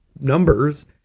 numbers